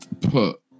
put